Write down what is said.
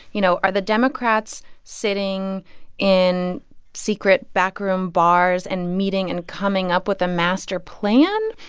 you know, are the democrats sitting in secret backroom bars and meeting and coming up with a master plan?